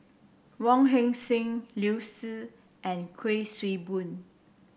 Wong Heck Sing Liu Si and Kuik Swee Boon